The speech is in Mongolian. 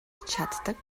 чаддаг